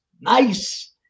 nice